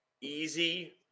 easy